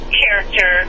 character